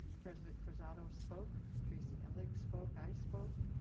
president cruzado spoke, tracy ellig spoke, i spoke.